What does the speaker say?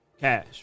cash